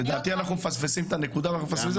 אבל לדעתי אנחנו מפספסים את הנקודה ואנחנו מפספסים את